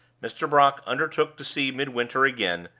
mr. brock undertook to see midwinter again,